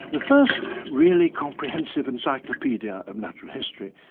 the first really comprehensive encyclopaedia of natural history,